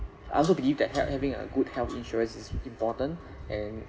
I also believe that health having a good health insurance is important and